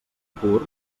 pur